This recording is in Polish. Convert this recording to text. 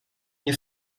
nie